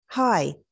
Hi